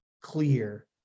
Clear